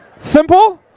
simple?